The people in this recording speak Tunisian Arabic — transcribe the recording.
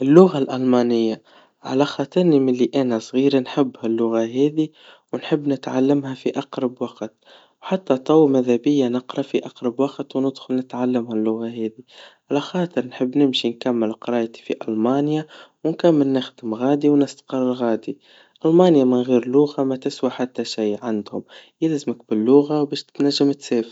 اللغة الألمانيا على خاطرني ملي أنا صغير نحب هاللغة هذي, ونحب نتعلمها في أقرب وقت, وحتى طو ماذا بيا نقرا في أقرب وقت وندخل نتعلم هاللغة هذي, وعلى خاطر نحب نمشي نكمل قرايتي في ألمنيا, ونكمل نخدم غادي, ونستقر غادي, ألمانيا من غير لغا ما تسوى حتى شي عندهم, يلزمك باللغا, وباش تنجم تسافر.